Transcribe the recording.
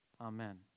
amen